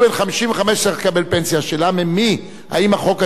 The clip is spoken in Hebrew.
האם החוק הזה בא וקובע שהאוצר יממן אותו,